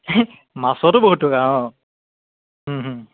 মাছতো বহুত টকা অঁ